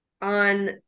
on